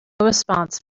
response